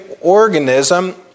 organism